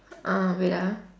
uh wait ah